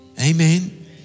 Amen